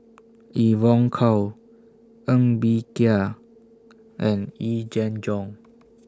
Evon Kow Ng Bee Kia and Yee Jenn Jong